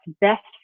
best